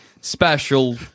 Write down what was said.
special